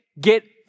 get